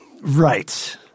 Right